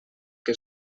que